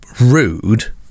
rude